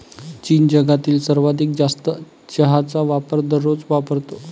चीन जगातील सर्वाधिक जास्त चहाचा वापर दररोज वापरतो